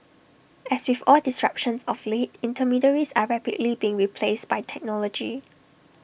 as with all disruptions of late intermediaries are rapidly being replaced by technology